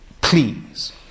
please